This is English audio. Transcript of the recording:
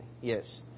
Yes